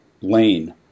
lane